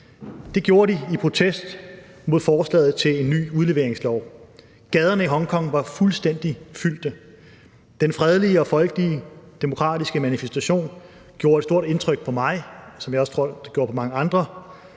Det gjorde de i protest mod forslaget til en ny udleveringslov. Gaderne i Hongkong var fuldstændig fyldte. Den fredelige og folkelige demokratiske manifestation gjorde et stort indtryk på mig, som jeg også tror det gjorde på mange andre,